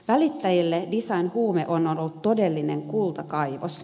välittäjille design huume on ollut todellinen kultakaivos